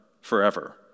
forever